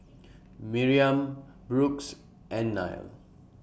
Miriam Brooks and Nile